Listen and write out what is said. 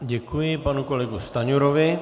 Děkuji panu kolegovi Stanjurovi.